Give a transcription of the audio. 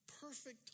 perfect